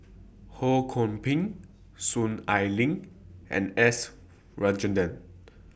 Ho Kwon Ping Soon Ai Ling and S Rajendran